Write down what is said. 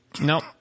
Nope